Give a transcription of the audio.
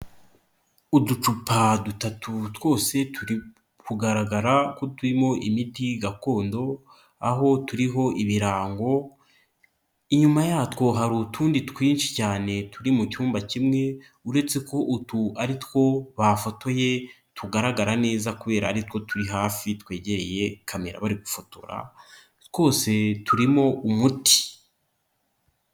Uducupa dutatu twose turi kugaragara ko turimo imiti gakondo aho turiho ibirango, inyuma yatwo hari utundi twinshi cyane turi mu cyumba kimwe uretse ko utu ari two bafotoye tugaragara neza kubera aritwo turi hafi twegereye kamera barifotora twose turimo umuti.